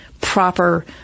proper